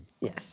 Yes